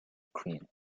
cream